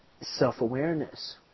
self-awareness